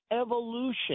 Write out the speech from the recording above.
evolution